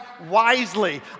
wisely